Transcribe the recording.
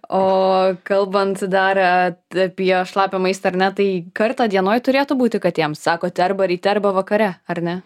o kalbant dar apie šlapią maistą ar ne tai kartą dienoj turėtų būti katėm sakot arba ryte arba vakare ar ne